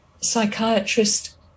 psychiatrist